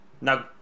now